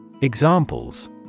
Examples